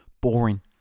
boring